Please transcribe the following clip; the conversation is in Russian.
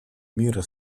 мира